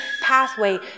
pathway